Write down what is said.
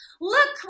look